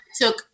Took